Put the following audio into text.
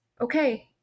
okay